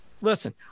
listen